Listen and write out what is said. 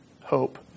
hope